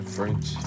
French